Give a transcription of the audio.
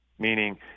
meaning